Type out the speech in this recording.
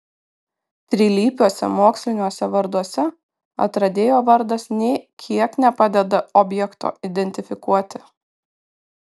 trilypiuose moksliniuose varduose atradėjo vardas nė kiek nepadeda objekto identifikuoti